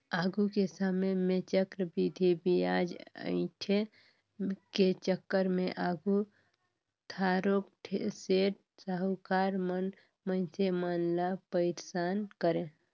आघु के समे में चक्रबृद्धि बियाज अंइठे के चक्कर में आघु थारोक सेठ, साहुकार मन मइनसे मन ल पइरसान करें